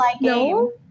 No